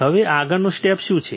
હવે આગળનું સ્ટેપ શું છે